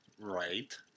Right